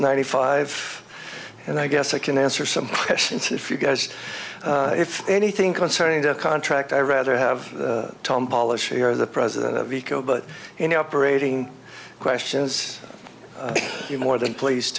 ninety five and i guess i can answer some questions if you guys if anything concerning the contract i rather have tom policy or the president of eco but you know operating questions you more than please